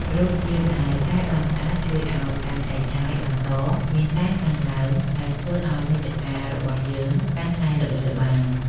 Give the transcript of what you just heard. រូបភាពដែលកែបានស្អាតជួយឱ្យ ការចែកចាយ បន្តមានការកើនឡើង ដែលធ្វើឱ្យមាតិការបស់យើងកាន់តែល្បីល្បាញ។